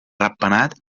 ratpenats